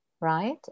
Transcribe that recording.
right